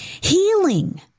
healing